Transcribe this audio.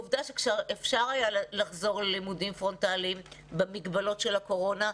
עובדה שכאשר אפשר היה לחזור ללימודים פרונטליים במגבלות של הקורונה,